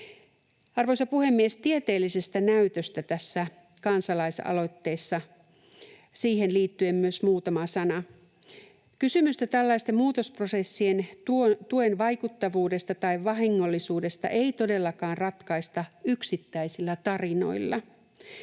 Arvoisa puhemies! Tieteellisestä näytöstä tässä kansalaisaloitteessa myös muutama sana. Kysymystä tällaisten muutosprosessien tuen vaikuttavuudesta tai vahingollisuudesta ei todellakaan ratkaista yksittäisillä tarinoilla.